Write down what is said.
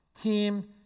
Team